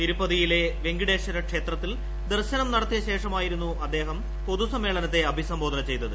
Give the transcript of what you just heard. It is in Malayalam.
തിരുപ്പതിയിലെ വെങ്കിടേശ്വര ക്ഷേത്രത്തിൽ ദർശനം നടത്തിയ ശേഷമായിരുന്നു അദ്ദേഹം പൊതു സമ്മേളനത്തെ അഭിസംബോധന ചെയ്തത്